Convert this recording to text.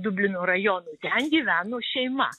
dublino rajonų ten gyveno šeima